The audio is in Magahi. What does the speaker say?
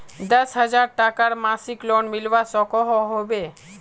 दस हजार टकार मासिक लोन मिलवा सकोहो होबे?